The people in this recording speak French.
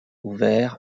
ouvert